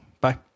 Bye